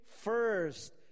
first